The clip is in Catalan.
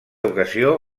ocasió